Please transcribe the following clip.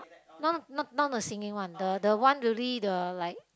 no not not the singing one the the one really the like